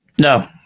No